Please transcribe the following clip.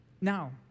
Now